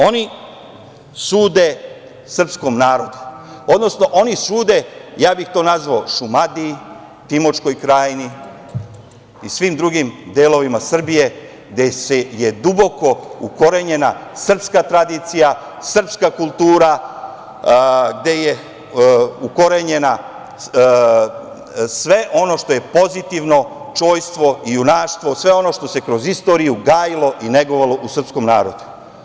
Oni sude srpskom narodu, odnosno oni sude, ja bih to nazvao, Šumadiji, Timočkoj Krajini i svim drugim delovima Srbije gde je duboko ukorenjena srpska tradicija, srpska kultura, gde je ukorenjeno sve ono što je pozitivno, čojstvo i junaštvo, sve ono što se kroz istoriju gajilo i negovalo u srpskom narodu.